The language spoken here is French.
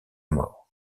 mort